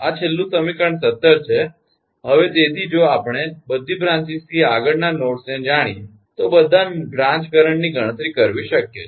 આ એક છેલ્લું સમીકરણ 17 છે હવે તેથી જો આપણે બધી બ્રાંચીસથી આગળના નોડ્સ ને જાણીએ તો બધા બ્રાંચ કરંટ ની ગણતરી કરવી શક્ય છે